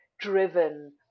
driven